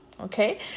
Okay